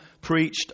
preached